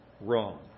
wrong